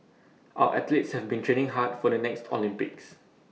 our athletes have been training hard for the next Olympics